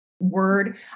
Word